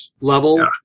level